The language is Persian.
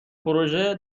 پروژه